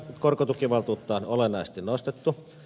korkotukivaltuutta on olennaisesti nostettu